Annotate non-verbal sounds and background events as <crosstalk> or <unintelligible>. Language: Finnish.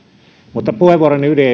mutta puheenvuoroni ydin <unintelligible>